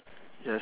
yes